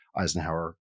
Eisenhower